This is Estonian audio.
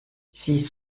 siis